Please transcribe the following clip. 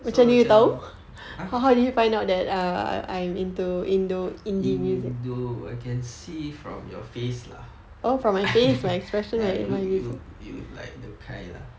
so macam !huh! indo I can see from your face lah you look you look like the kind lah